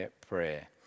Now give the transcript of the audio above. prayer